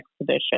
exhibition